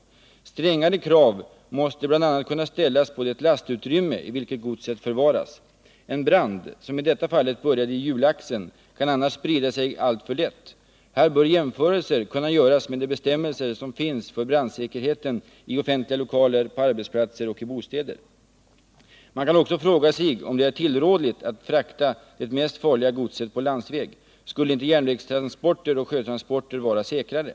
Strängare krav måste bl.a. kunna ställas på det lastutrymme i vilket godset förvaras. En brand, som i detta fall började i hjulaxeln, kan annars sprida sig alltför lätt. Här bör jämförelser kunna göras med de bestämmelser som finns för brandsäkerheten i offentliga lokaler, på arbetsplatser och i bostäder. Man kan också fråga 41 sig om det är tillrådligt att frakta det mest farliga godset på landsväg. Skulle inte järnvägstransporter och sjötransporter vara säkrare?